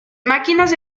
máquinas